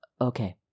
Okay